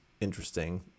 interesting